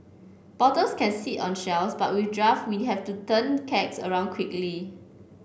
bottles can sit on shelves but with draft we have to turn kegs around quickly